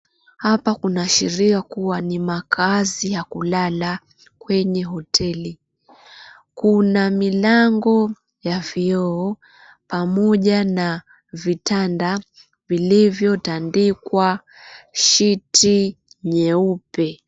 Hapa kuna sheria kuwa ni makaazi ya kulala kwenye hoteli. Kuna milango ya vyoo pamoja na vitanda vilivyotandikwa shiti nyeupe.